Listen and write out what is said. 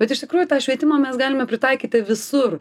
bet iš tikrųjų tą švietimą mes galime pritaikyti visur